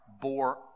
bore